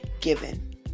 given